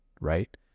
right